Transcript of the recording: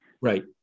right